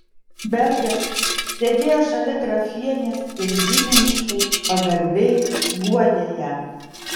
bergas sėdėjo šalia grafienės ir giminiškai pagarbiai guodė ją